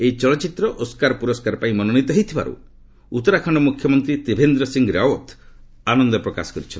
ଏହି ଚଳଚ୍ଚିତ୍ର ଓସ୍କାର ପୁରସ୍କାର ପାଇଁ ମନୋନୀତ ହୋଇଥିବାରୁ ଉତ୍ତରାଖଣ୍ଡ ମୁଖ୍ୟମନ୍ତ୍ରୀ ତ୍ରିଭେନ୍ଦ୍ର ସିଂ ରାଓ୍ୱତ୍ ଆନନ୍ଦ ପ୍ରକାଶ କରିଛନ୍ତି